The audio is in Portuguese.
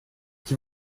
que